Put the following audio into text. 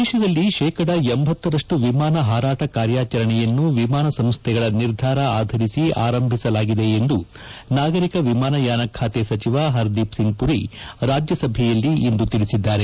ದೇಶದಲ್ಲಿ ಶೇಕಡ ಲಂರಷ್ಟು ವಿಮಾನ ಹಾರಾಟ ಕಾರ್ಯಾಚರಣೆಯನ್ನು ವಿಮಾನ ಸಂಸ್ತೆಗಳ ನಿರ್ಧಾರ ಆಧರಿಸಿ ಆರಂಭಿಸಲಾಗಿದೆ ಎಂದು ನಾಗರಿಕ ವಿಮಾನಯಾನ ಖಾತೆ ಸಚಿವ ಹರ್ದೀಪ್ ಸಿಂಗ್ ಪುರಿ ರಾಜ್ಯಸಭೆಯಲ್ಲಿಂದು ತಿಳಿಸಿದ್ದಾರೆ